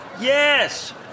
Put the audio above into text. Yes